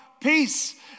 Peace